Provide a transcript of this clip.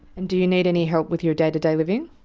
and do you need any help with your day-to-day living?